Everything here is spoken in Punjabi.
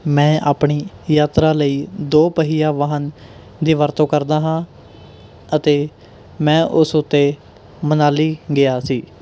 ਮੈਂ ਆਪਣੀ ਯਾਤਰਾ ਲਈ ਦੋ ਪਹੀਆ ਵਾਹਨ ਦੀ ਵਰਤੋਂ ਕਰਦਾ ਹਾਂ ਅਤੇ ਮੈਂ ਉਸ ਉੱਤੇ ਮਨਾਲੀ ਗਿਆ ਸੀ